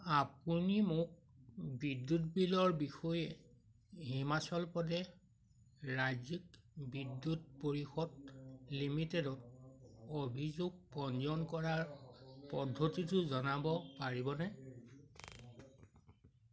আপুনি মোক বিদ্যুৎ বিলৰ বিষয়ে হিমাচল প্ৰদেশ ৰাজ্যিক বিদ্যুৎ পৰিষদ লিমিটেডত অভিযোগ পঞ্জীয়ন কৰাৰ পদ্ধতিটো জনাব পাৰিবনে